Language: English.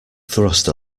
thrust